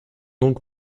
donc